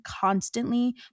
constantly